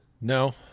No